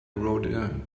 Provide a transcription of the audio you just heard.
rodin